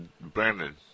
Brandon